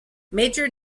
major